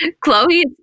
Chloe